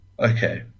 okay